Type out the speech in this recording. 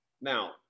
Now